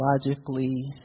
psychologically